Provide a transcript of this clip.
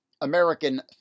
American